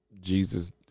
jesus